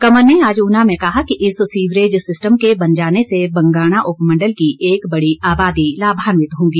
कंवर ने आज ऊना में कहा कि इस सीवरेज सिस्टम के बन जाने से बंगाणा उपमंडल की एक बड़ी आबादी लाभान्वित होगी